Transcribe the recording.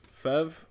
Fev